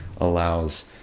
allows